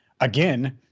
again